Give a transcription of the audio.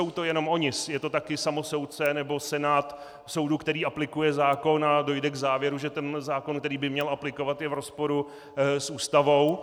Nejsou to jenom oni, je to také samosoudce nebo senát soudu, který aplikuje zákon a dojde k závěru, že ten zákon, který by měl aplikovat, je v rozporu s Ústavou.